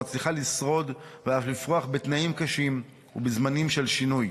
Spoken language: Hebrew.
המצליחה לשרוד ואף לפרוח בתנאים קשים ובזמנים של שינוי.